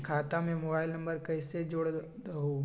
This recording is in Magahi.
खाता में मोबाइल नंबर जोड़ दहु?